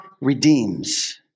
redeems